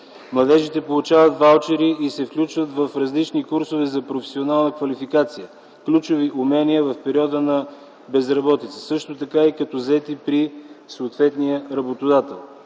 Младежите получават ваучери и се включват в различни курсове за професионална квалификация, ключови умения в периода на безработица, също така и като заети при съответния работодател.